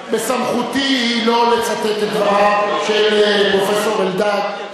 בסמכותי לא לצטט את דבריו של פרופסור אלדד,